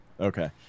Okay